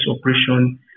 operation